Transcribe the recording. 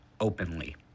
openly